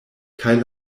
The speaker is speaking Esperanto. kaj